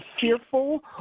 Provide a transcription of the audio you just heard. fearful